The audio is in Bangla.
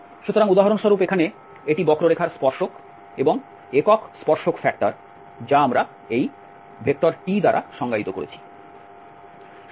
সুতরাং উদাহরণস্বরূপ এখানে এটি বক্ররেখার স্পর্শক এবং একক স্পর্শক ফ্যাক্টর যা আমরা এই T ভেক্টর দ্বারা সংজ্ঞায়িত করেছি